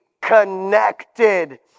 connected